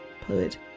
poet